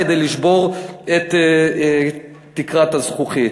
כדי לשבור את תקרת הזכוכית.